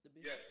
Yes